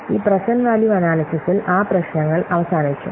ഈ present value അനാല്യ്സിസ്സിൽ ആ പ്രശ്നങ്ങൾ അവസാനിച്ചു